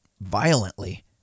Violently